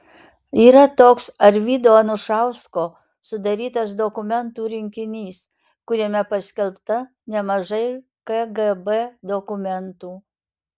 yra toks arvydo anušausko sudarytas dokumentų rinkinys kuriame paskelbta nemažai kgb dokumentų